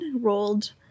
rolled